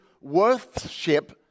worship